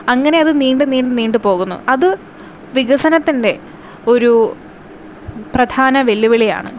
അങ്ങനെ അത് നീണ്ട നീണ്ടു നീണ്ടു നീണ്ടു പോകുന്നു അത് വികസനത്തിന്റെ ഒരു പ്രധാന വെല്ലുവിളിയാണ്